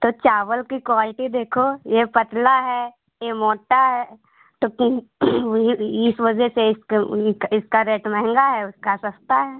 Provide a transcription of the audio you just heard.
तो चावल की क्वाल्टी देखो यह पतला है यह मोटा है तो इस वजह से इसके इसका रेट महंगा है उसका सस्ता है